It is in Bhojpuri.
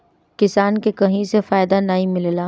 किसान के कहीं से फायदा नाइ मिलेला